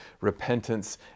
repentance